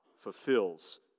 fulfills